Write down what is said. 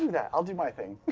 do that. i'll do my thing.